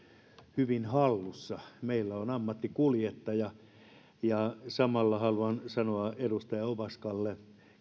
hyvin hallussa meillä on ammattikuljettaja samalla haluan sanoa edustaja ovaskalle